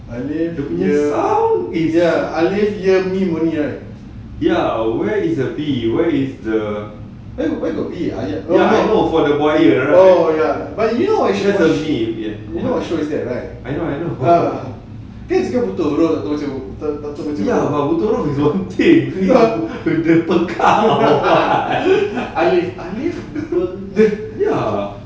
alif ye mim only right where where got B oh ya but you know what show is that right ah kan cikgu buta huruf alif alif